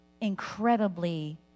incredibly